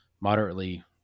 moderately